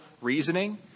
reasoning